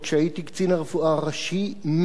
עוד כשהייתי קצין הרפואה הראשי,